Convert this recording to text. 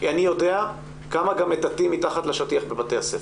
כי אני יודע כמה גם מטאטאים מתחת לשטיח בבתי הספר.